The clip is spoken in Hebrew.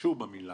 שהשתמשו במלה